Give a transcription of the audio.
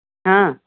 हां